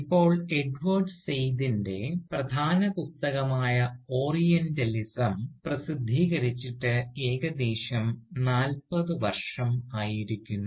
ഇപ്പോൾ എഡ്വേഡ് സയ്യ്ദിൻറെ പ്രധാന പുസ്തകമായ ഓറിയൻറെലിസം പ്രസിദ്ധീകരിച്ചിട്ട് ഏകദേശം നാൽപത് വർഷം ആയിരിക്കുന്നു